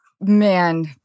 man